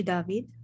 David